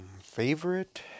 Favorite